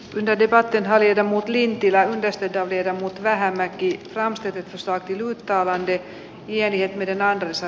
lebedeva tenho ja muut lintilä esteitä viedä mut vähänäkki ramstedt osaa kirjoittaa van der wiel ja veden vallassa